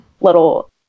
little